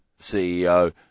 CEO